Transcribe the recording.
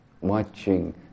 watching